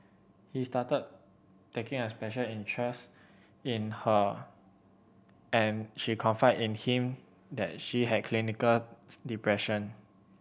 he started taking a special interest in her and she confided in him that she had clinical depression